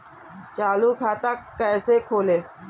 चालू खाता कैसे खोलें?